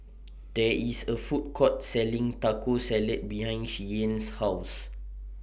There IS A Food Court Selling Taco Salad behind Shianne's House